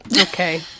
Okay